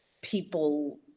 people